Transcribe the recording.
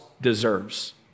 deserves